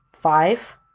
Five